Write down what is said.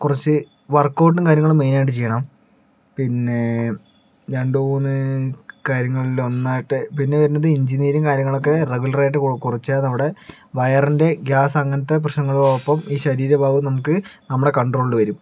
കുറച്ച് വർകൗട്ടും കാര്യങ്ങളും മെയിൻ ആയിട്ടു ചെയ്യണം പിന്നെ രണ്ടു മൂന്ന് കാര്യങ്ങളിൽ ഒന്നായിട്ട് പിന്നെ വരുന്നത് ഇഞ്ചി നീരും കാര്യങ്ങളൊക്കെ റെഗുലർ ആയിട്ട് കുറച്ച് നമ്മുടെ വയറിൻ്റെ ഗ്യാസ് അങ്ങനത്തെ പ്രശ്നങ്ങളോടൊപ്പം ഈ ശരീരഭാരവും നമുക്ക് നമ്മുടെ കൺട്രോളിൽ വരും